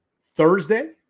thursday